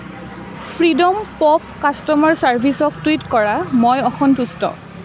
freedom Pop customer চাৰ্ভিছক tweet কৰা মই অসন্তুষ্ট